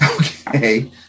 Okay